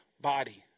body